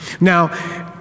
Now